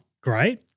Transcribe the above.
great